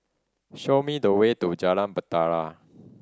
show me the way to Jalan Bahtera